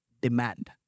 demand